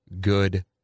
good